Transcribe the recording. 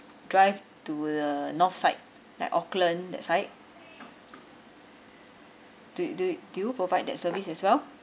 drive to the north side like auckland that side do do do you provide that service as well